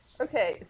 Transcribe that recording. Okay